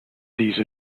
these